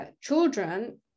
children